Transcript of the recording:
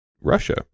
Russia